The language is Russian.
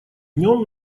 нем